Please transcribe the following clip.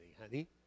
honey